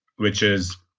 which is